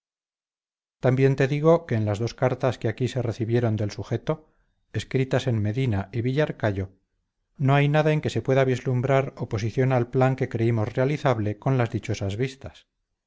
también te digo que en las dos cartas que aquí se recibieron del sujeto escritas en medina y villarcayo no hay nada en que se pueda vislumbrar oposición al plan que creímos realizable con las dichosas vistas